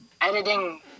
editing